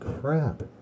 crap